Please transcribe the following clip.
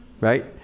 right